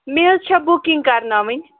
مےٚ حظ چھےٚ بُکِنٛگ کرناوٕنۍ